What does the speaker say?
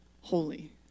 holy